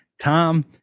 Tom